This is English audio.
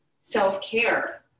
self-care